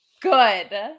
Good